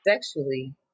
sexually